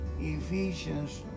Ephesians